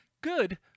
good